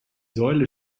säule